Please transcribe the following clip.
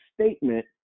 statement